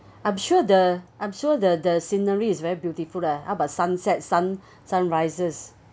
I'm sure the I'm sure the the scenery is very beautiful lah how about sunsets sun~sunrises